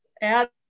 add